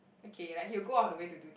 okay like he will go out of the way to do